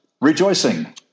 rejoicing